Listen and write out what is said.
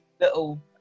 little